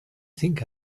think